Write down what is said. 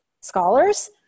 scholars